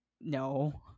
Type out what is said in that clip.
no